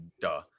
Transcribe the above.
Duh